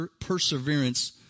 perseverance